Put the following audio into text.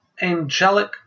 Angelic